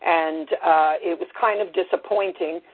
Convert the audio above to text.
and it was kind of disappointing.